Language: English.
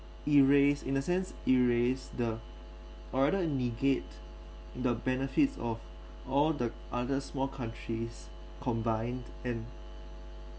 erase in a sense erase the or rather negate the benefits of all the other small countries combined and